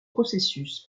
processus